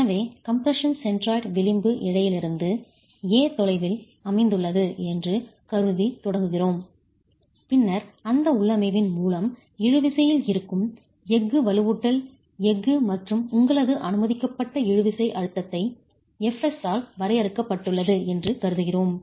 எனவே compression centroid விளிம்பு இழையிலிருந்து 'a' தொலைவில் அமைந்துள்ளது என்று கருதி தொடங்குகிறோம் பின்னர் அந்த உள்ளமைவின் மூலம் இழு விசையில் இருக்கும் எஃகு வலுவூட்டல் எஃகு மற்றும் உங்களது அனுமதிக்கப்பட்ட இழுவிசை அழுத்தத்தை Fs ஆல் வரையறுக்கப்பட்டுள்ளது என்று கருதுகிறோம்